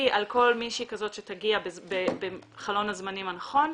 על כל מישהי כזאת שתגיע בחלון הזמנים הנכון,